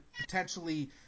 potentially